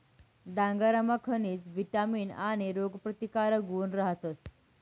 डांगरमा खनिज, विटामीन आणि रोगप्रतिकारक गुण रहातस